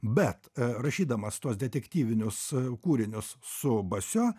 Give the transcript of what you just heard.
bet e rašydamas tuos detektyvinius kūrinius su basio